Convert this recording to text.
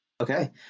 Okay